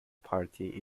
party